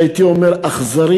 הייתי אומר אכזרית,